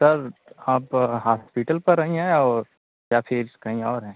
sir आप hospital पर ही हैं और या फिर कहीं और हैं